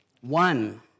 One